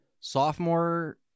sophomore